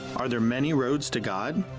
are there many roads to god?